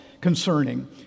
concerning